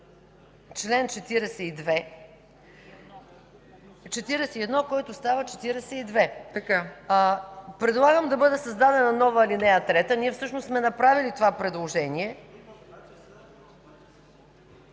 чл. 41, който става чл. 42. Предлагам да бъде създадена нова ал. 3 – ние всъщност сме направили това предложение,